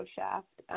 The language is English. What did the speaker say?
Shaft